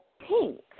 pink